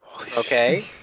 Okay